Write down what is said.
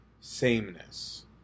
sameness